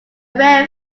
rare